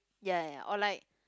ya ya or like